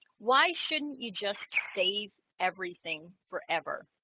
why shouldn't you just save everything forever?